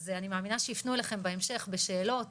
אז אני מאמינה שיפנו אליכם בהמשך בשאלות